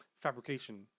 fabrication